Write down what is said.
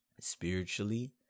spiritually